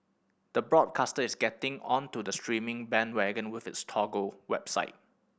the broadcaster is getting onto the streaming bandwagon with its Toggle website